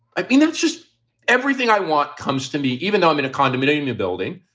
i mean, that's just everything i want comes to me, even though i'm in a condominium new building,